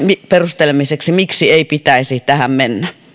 perustelemiseksi miksi ei pitäisi tähän mennä